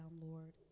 Lord